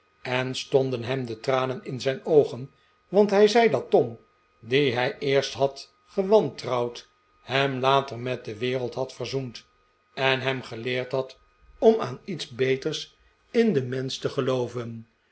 en stonden hem de tranen in zijn oogen want hij zei daf tom dien hij eerst had gewantrouwd hem later met de wereld had verzoend en hem geleerd had om aan iets beters in den mensch te gelooven